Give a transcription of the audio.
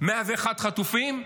101 חטופים.